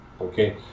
Okay